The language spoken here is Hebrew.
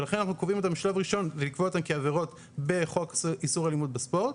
לכן בשלב ראשון זה לקבוע אותן כעבירות בחוק איסור אלימות בספורט,